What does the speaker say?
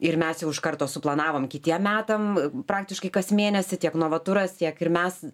ir mes jau iš karto suplanavom kitiem metam praktiškai kas mėnesį tiek novaturas tiek ir mes